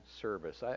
service